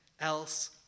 else